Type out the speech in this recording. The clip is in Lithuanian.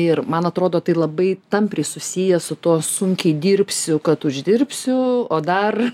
ir man atrodo tai labai tampriai susiję su tuo sunkiai dirbsiu kad uždirbsiu o dar